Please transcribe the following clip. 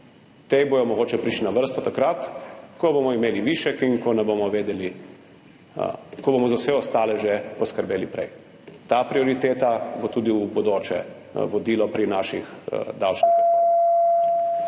Ti bodo mogoče prišli na vrsto takrat, ko bomo imeli višek in ko bomo za vse ostale že prej poskrbeli. Ta prioriteta bo tudi v bodoče vodilo pri naših davčnih reformah.